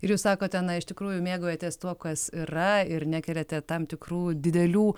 ir jūs sakote na iš tikrųjų mėgaujatės tuo kas yra ir nekeliate tam tikrų didelių